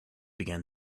began